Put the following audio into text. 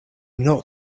not